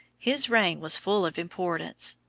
his reign was full of importance,